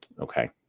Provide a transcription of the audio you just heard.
okay